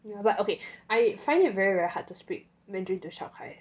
ya but okay I find it very very hard to speak mandarin to shao kai